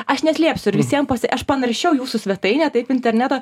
aš neslėpsiu ir visiem pasi aš panaršiau jūsų svetainę taip interneto